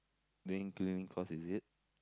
doing cleaning course is it